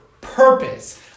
purpose